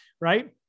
right